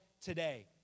today